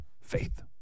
Faith